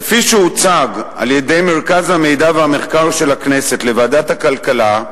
כפי שהוצג על-ידי מרכז המידע והמחקר של הכנסת לוועדת הכלכלה,